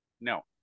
No